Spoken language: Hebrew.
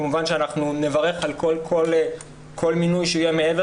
כמובן שאנחנו נברך על כל מינוי שהוא יהיה מעבר